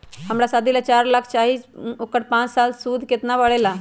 हमरा शादी ला चार लाख चाहि उकर पाँच साल मे सूद कितना परेला?